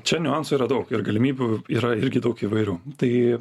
čia niuansų yra daug ir galimybių yra irgi daug įvairių tai